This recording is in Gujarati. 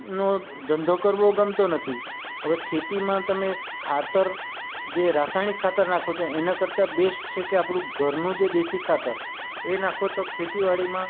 નો ધંધો કરવો ગમતો નથી હવે ખેતીમાં તમે ખાતર જે રાસાયણિક ખાતર નાખો છો એના કરતાં બેસ્ટ છે કે આપણું ઘરનું જે દેશી ખાતર એ નાખો તો ખેતીવાડીમાં